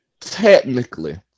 technically